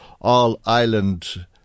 all-island